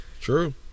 True